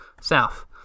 South